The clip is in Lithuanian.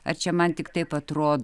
ar čia man tik taip atro